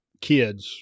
kids